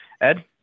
Ed